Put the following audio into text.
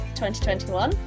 2021